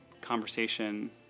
Conversation